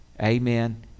Amen